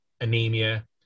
anemia